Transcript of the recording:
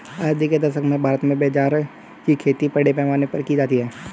आजादी के दशक में भारत में बाजरे की खेती बड़े पैमाने पर की जाती थी